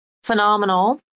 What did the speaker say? phenomenal